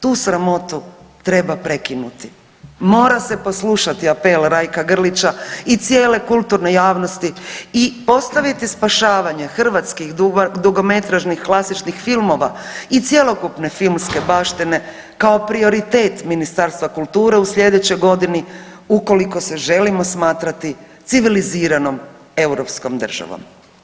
Tu sramotu treba prekinuti, mora se poslušati apel Rajka Grlića i cijele kulturne javnosti i ostaviti spašavanje hrvatskih dugometražnih klasičnih filmova i cjelokupne filmske baštine kao prioritet Ministarstva kulture u sljedećoj godini, ukoliko se želimo smatrati civiliziranom europskom državom.